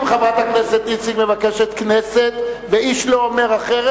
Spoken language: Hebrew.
אם חברת הכנסת איציק מבקשת כנסת ואיש לא אומר אחרת,